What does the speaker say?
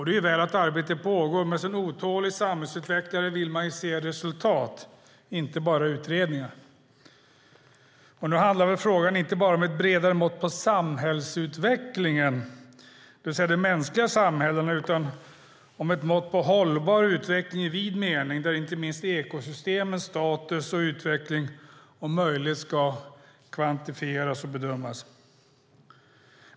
Det är ju väl att arbete pågår, men som otålig samhällsutvecklare vill man ju se resultat och inte bara utredningar. Nu handlar väl frågan inte bara om ett bredare mått på samhällsutvecklingen, det vill säga de mänskliga samhällena, utan om ett mått på hållbar utveckling i vid mening där inte minst ekosystemens status och utveckling om möjligt ska kvantifieras och bedömas.